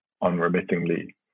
unremittingly